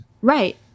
Right